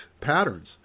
patterns